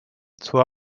zur